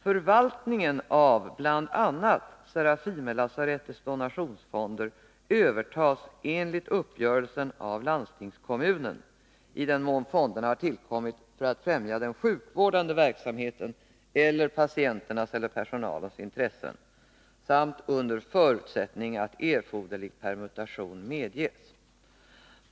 Förvaltningen av bl.a. Serafimerlasarettets donationsfonder övertas enligt uppgörelsen av landstingskommunen i den mån fonderna har tillkommit för att främja den sjukvårdande verksamheten eller patienternas eller personalens intressen samt under förutsättning att erforderlig permutation medges.